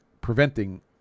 preventing